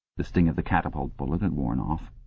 the sting of the catapult bullet had worn off.